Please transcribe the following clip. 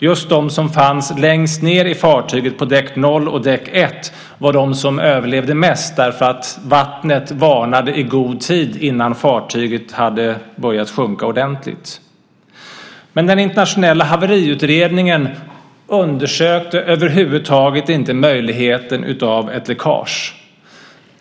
Just bland de som fanns längst ned i fartyget, på däck 0 och däck 1, var de flesta som överlevde, därför att vattnet varnade i god tid innan fartyget hade börjat sjunka ordentligt. Den internationella haveriutredningen undersökte dock över huvud taget inte möjligheten av ett läckage.